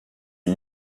est